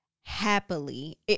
happily